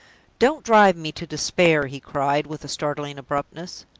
don't drive me to despair! he cried, with a startling abruptness.